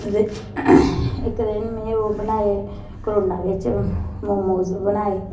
हां ते इक दिन में ओह् बनाए करोना बिच्च मोमोस बी बनाए